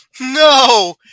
no